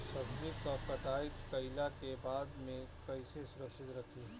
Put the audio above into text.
सब्जी क कटाई कईला के बाद में कईसे सुरक्षित रखीं?